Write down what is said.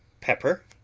pepper